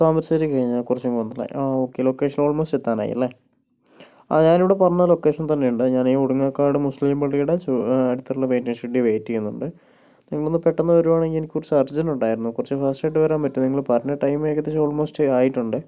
താമരശ്ശേരി കഴിഞ്ഞ് കുറച്ച് ഇങ്ങ് വന്നല്ലേ ആ ഓക്കെ ലൊക്കേഷൻ ഓൾമോസ്റ്റ് എത്താറായല്ലേ ആ ഞാനിവിടെ പറഞ്ഞ ലൊക്കേഷനിൽ തന്നെ ഉണ്ട് ഞാന് കാട് മുസ്ലിം പള്ളിയുടെ അടുത്തുള്ള വെയ്റ്റിംഗ് ഷെഡിൽ വെയിറ്റ് ചെയ്യുന്നുണ്ട് നിങ്ങളൊന്ന് പെട്ടന്ന് വരുവാണെങ്കിൽ എനിക്ക് കുറച്ച് അർജന്റുണ്ടായിരുന്നു കുറച്ച് ഫാസ്റ്റായിട്ട് വരാൻ പറ്റുമോ നിങ്ങള് പറഞ്ഞ ടൈമ് ഏകദേശം ഓൾമോസ്റ്റ് ആയിട്ടുണ്ട്